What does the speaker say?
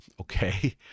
Okay